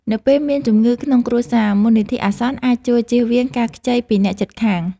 នៅពេលមានជំងឺក្នុងគ្រួសារ មូលនិធិអាសន្នអាចជួយជៀសវាងការខ្ចីពីអ្នកជិតខាង។